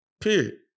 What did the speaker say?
period